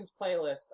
playlist